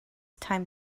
time